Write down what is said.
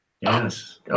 Yes